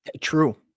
True